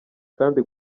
kandi